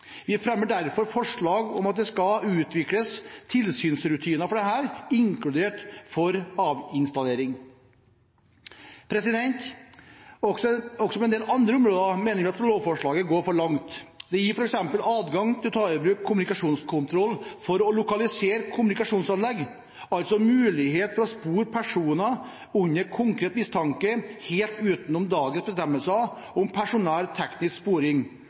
Vi fremmer derfor forslag om at det skal utvikles tilsynsrutiner for dette, inkludert for avinstallering. Også på en del andre områder mener vi at lovforslaget går for langt. Det gir f.eks. adgang til å ta i bruk kommunikasjonskontroll for å lokalisere kommunikasjonsanlegg, altså mulighet for å spore personer under konkret mistanke, helt utenom dagens bestemmelser om personnær teknisk sporing